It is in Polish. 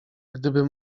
gdyby